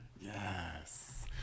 Yes